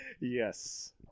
Yes